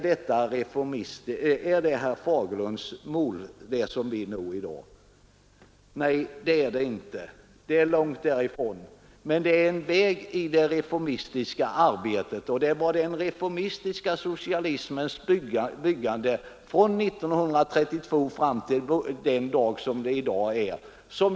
Sedan sade herr Ekinge att man på hans sida har arbetat i rätt riktning, och som exempel på det nämnde han åter ett årtal, nämligen 1908. Men skyll inte på socialdemokratin i det fallet, herr Ekinge!